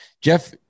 Jeff